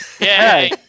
yay